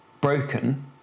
broken